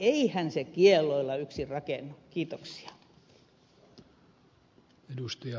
eihän se kielloilla yksin rakennu